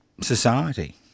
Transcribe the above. society